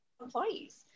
employees